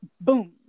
boom